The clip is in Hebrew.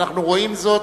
אנחנו רואים זאת,